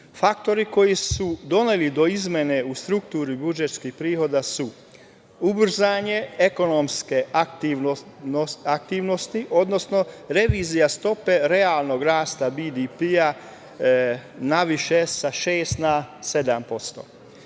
koji su doveli do izmene u strukturi budžetskih prihoda su ubrzanje ekonomske aktivnosti, odnosno revizija stope realnog rasta BDP naviše sa 6% na 7%,